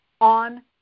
on